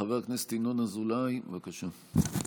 חבר הכנסת ינון אזולאי, בבקשה.